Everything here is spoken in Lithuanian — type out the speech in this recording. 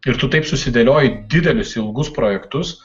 ir tu taip susidėlioji didelius ilgus projektus